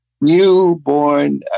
newborn